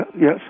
Yes